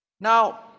now